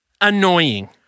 annoying